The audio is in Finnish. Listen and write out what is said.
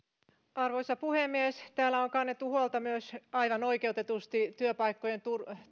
arvoisa puhemies täällä on kannettu huolta aivan oikeutetusti myös työpaikkojen